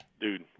Dude